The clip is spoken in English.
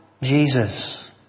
Jesus